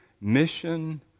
mission